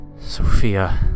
Sophia